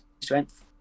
strength